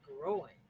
growing